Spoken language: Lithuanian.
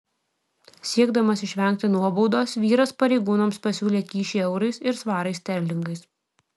siekdamas išvengti nuobaudos vyras pareigūnams pasiūlė kyšį eurais ir svarais sterlingais